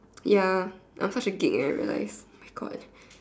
ya I'm such a geek eh I realized oh my God